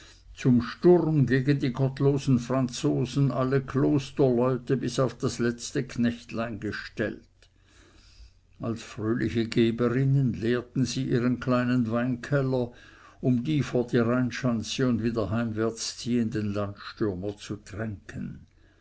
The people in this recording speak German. zum sturm gegen die gottlosen franzosen alle klosterleute bis auf das letzte knechtlein gestellt als fröhliche geberinnen leerten sie ihren kleinen weinkeller um die vor die rheinschanze und wieder heimwärts ziehenden landstürmer zu tränken